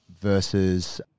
versus